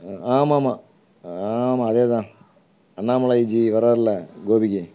ஆமாமாம் ஆமாம் அதேதான் அண்ணாமலை ஜி வரார்ல கோபிக்கு